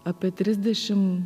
apie trisdešim